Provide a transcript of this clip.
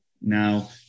Now